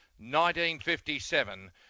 1957